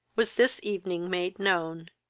was this evening made known,